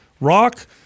rock